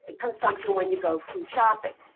consumption when you go food shopping.